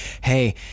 Hey